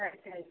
ಆಯ್ತು ಆಯ್ತು